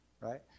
right